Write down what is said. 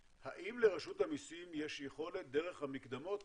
האם לרשות המיסים יש יכולת דרך המקדמות